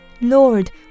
Lord